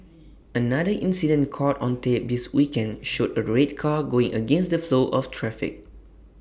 another incident caught on tape this weekend showed A red car going against the flow of traffic